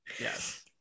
Yes